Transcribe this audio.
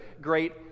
great